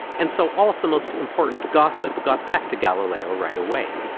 and so all of the most important gossip got back to galileo right away.